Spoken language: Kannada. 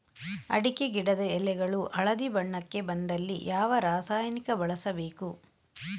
ಅಡಿಕೆ ಗಿಡದ ಎಳೆಗಳು ಹಳದಿ ಬಣ್ಣಕ್ಕೆ ಬಂದಲ್ಲಿ ಯಾವ ರಾಸಾಯನಿಕ ಬಳಸಬೇಕು?